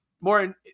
more